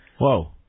Whoa